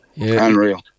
unreal